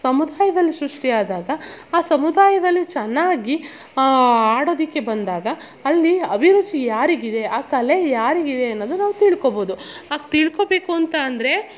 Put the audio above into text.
ಸಮುದಾಯದಲ್ಲಿ ಸೃಷ್ಟಿ ಆದಾಗ ಆ ಸಮುದಾಯದಲ್ಲಿ ಚೆನ್ನಾಗಿ ಆಡೋದಕ್ಕೆ ಬಂದಾಗ ಅಲ್ಲಿ ಅಭಿರುಚಿ ಯಾರಿಗಿದೆ ಆ ಕಲೆ ಯಾರಿಗಿದೆ ಅನ್ನೋದು ನಾವು ತಿಳ್ಕೋಬೋದು ಹಾಗ್ ತಿಳ್ಕೋಬೇಕು ಅಂತ ಅಂದರೆ